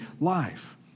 life